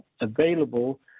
available